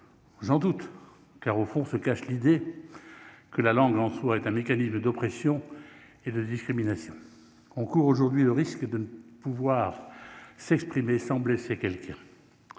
j'en doute car, au fond, se cache l'idée que la langue en soi est un mécanisme d'oppression et de discrimination, on court aujourd'hui le risque de ne pouvoir s'exprimer sans blesser quelqu'un